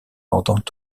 rendant